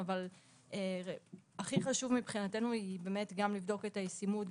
אבל הכי חשוב מבחינתנו זה גם לבדוק את הישימות,